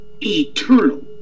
eternal